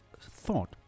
thought